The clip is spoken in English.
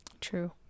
True